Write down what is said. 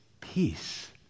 peace